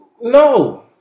no